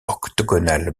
octogonale